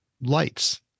lights